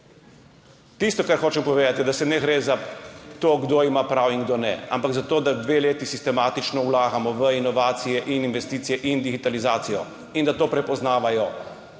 Tisto, kar hočem povedati, je, da ne gre za to, kdo ima prav in kdo ne, ampak za to, da dve leti sistematično vlagamo v inovacije, investicije in digitalizacijo in da to prepoznavajo